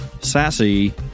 sassy